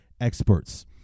Experts